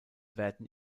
werden